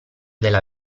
della